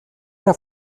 era